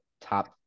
top